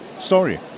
story